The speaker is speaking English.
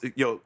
yo